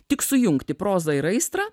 tik sujungti prozą ir aistrą